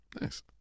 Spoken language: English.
Nice